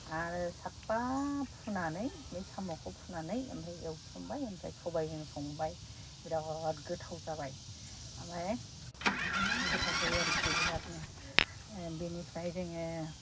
आरो साफा फुनानै बे साम'खौ फुनानै ओमफ्राय एवथ्रमबाय ओमफ्राय सबाइजों संबाय बिराथ गोथाव जाबाय ओमफाय गोथाव जायो आरिखि बिरातनो ओह बिनिफ्राय जोङो